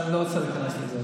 אני לא רוצה להיכנס לזה.